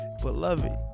beloved